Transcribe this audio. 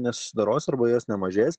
nesusidoros arba jos nemažės